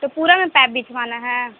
تو پورا میں پائپ بچھوانا ہے